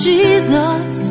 Jesus